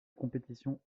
compétition